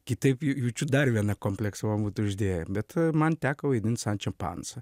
kitaip jaučiu dar vieną kompleksą man būtų uždėję bet man teko vaidint sančio pansa